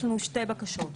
יש לנו שתי בקשות,